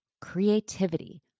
creativity